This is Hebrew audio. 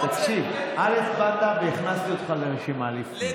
אבל תקשיב, באת והכנסתי אותך לרשימה בפנים.